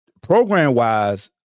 Program-wise